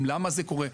למה זה קורה,